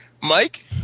Mike